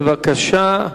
בבקשה.